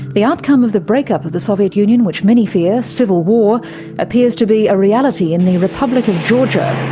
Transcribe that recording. the outcome of the break-up of the soviet union which many fear civil war appears to be a reality in the republic of georgia.